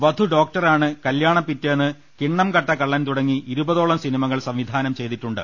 വധു ഡോക്ട റാണ് കല്യാണ പിറ്റേന്ന് കിണ്ണംകട്ട കള്ളൻ തുടങ്ങി ഇരുപതോളം സിനി മകൾ സംവിധാനം ചെയ്തിട്ടു്ണ്ട്